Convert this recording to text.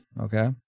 okay